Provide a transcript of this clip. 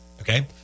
okay